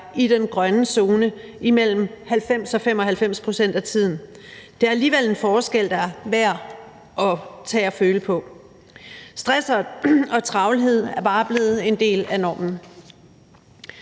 i den grønne zone mellem 90 og 95 pct. af tiden. Det er alligevel en forskel, der er til at tage og føle på. Stress og travlhed er bare blevet en del af normen.